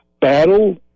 battle